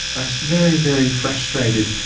ah so very, very frustrated.